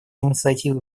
инициативы